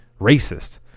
racist